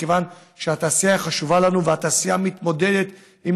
מכיוון שהתעשייה חשובה לנו והתעשייה מתמודדת עם